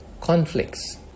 conflicts